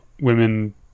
women